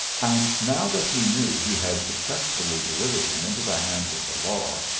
and now that he knew he had successfully delivered him into the hands of the law,